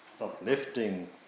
uplifting